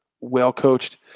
well-coached